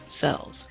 cells